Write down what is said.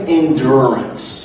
endurance